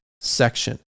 section